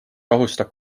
rahustab